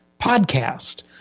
podcast